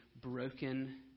broken